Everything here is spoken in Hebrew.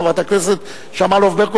חברת הכנסת שמאלוב-ברקוביץ.